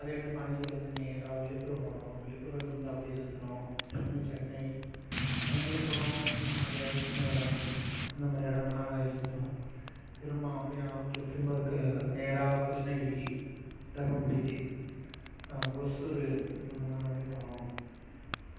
அதே மாதிரி பாண்டிச்சேரியிலருந்து நேராக விழுப்புரம் போனோம் விழுப்புரத்துலருந்து அப்படியே சுற்றுனோம் திரும்ப சென்னை சென்னையில போனோம் நிறையா சின்ன வேளாங்கண்ணி அந்தமாதிரி இடங்கள்லாம் நிறைய சுற்றுனோம் திரும்ப அப்படியே அவுட்ரு திரும்ப கு நேராக கிருஷ்ணகிரி தர்மபுரி ஒசூரு இந்தமாதிரிலாம் நிறைய போனோம்